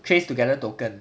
trace together token